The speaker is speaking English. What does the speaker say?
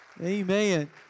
Amen